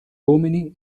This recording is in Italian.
uomini